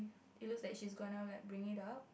it looks like she's gonna like bring it up